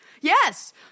Yes